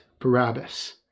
Barabbas